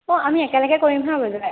অঁ আমি একেলগে কৰিম হাঁ বজাৰ